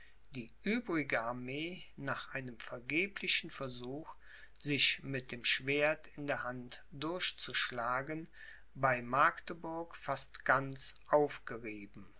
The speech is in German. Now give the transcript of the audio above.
die übrige armee nach einem vergeblichen versuch sich mit dem schwert in der hand durchzuschlagen bei magdeburg fast ganz aufgerieben